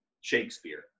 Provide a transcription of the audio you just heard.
Shakespeare